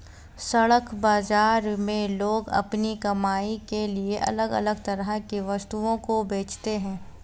सड़क बाजार में लोग अपनी कमाई के लिए अलग अलग तरह की वस्तुओं को बेचते है